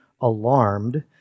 alarmed